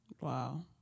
Wow